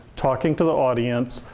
talking to the audience,